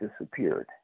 disappeared